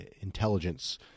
intelligence